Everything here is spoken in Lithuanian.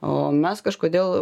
o mes kažkodėl